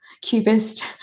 cubist